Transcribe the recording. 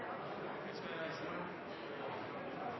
er ikke så